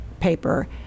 paper